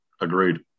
agreed